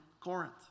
Corinth